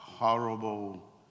Horrible